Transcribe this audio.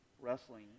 wrestling